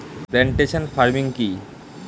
Plantation farming কি?